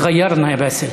(אומר בערבית: התחלפנו,) יא באסל.